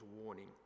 warning